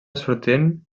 sortint